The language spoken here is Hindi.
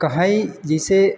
कहीं जैसे